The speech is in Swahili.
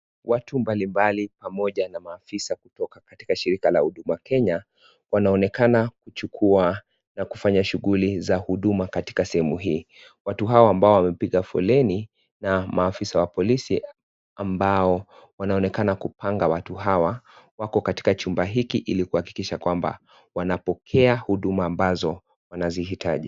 Watu mbalimbali pamoja na maafisa kutoka katika shirika la huduma Kenya wanaonekana kuchukua na kufanya shughuli za huduma katika sehemu hii ,watu hawa ambao wamepiga foleni na maafisa wa polisi ambao wanaonekana kupanga watu hawa wako katika chumba hiki hili kuhakikisha kwamba wanapokea huduma ambazo wanazihitaji.